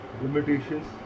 limitations